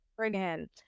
again